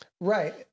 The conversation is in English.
Right